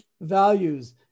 values